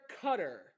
Cutter